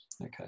Okay